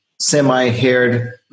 semi-haired